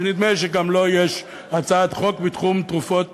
ונדמה לי שגם לו יש הצעת חוק בתחום תרופות